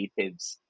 creatives